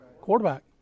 Quarterback